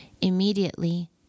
Immediately